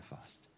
fast